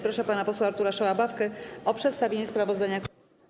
Proszę pana posła Artura Szałabawkę o przedstawienie sprawozdania komisji.